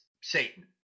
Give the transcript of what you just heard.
Satan